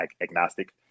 agnostic